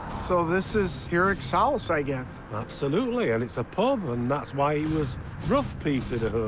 so this is hurech's house, i guess? absolutely, and it's a pub, and that's why he was rough peter